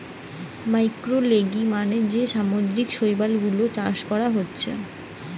ম্যাক্রোলেগি মানে যে সামুদ্রিক শৈবাল গুলা চাষ করা হতিছে